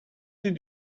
did